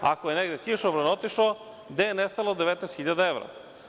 Ako je negde kišobran otišao, gde je nestalo 19.000 evra?